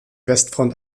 westfront